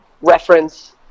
reference